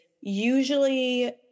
usually